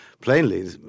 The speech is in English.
plainly